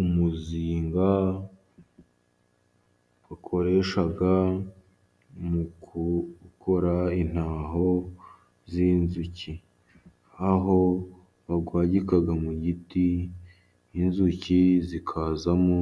Umuzinga bakoresha mugukora intaho z'inzuki. Aho bawagika mu giti, inzuki zikazamo